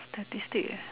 statistic eh